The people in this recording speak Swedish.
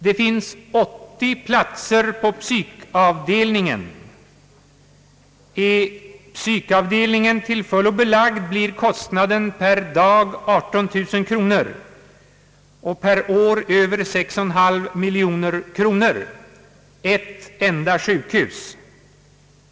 Det finns 80 platser på psykiatriska avdelningen. Om den är till fullo belagd, blir kostnaden per dag 18 000 kronor och per år över 6,5 miljoner kronor — vid ett enda sjukhus!